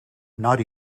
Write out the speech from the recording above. not